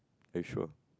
are you sure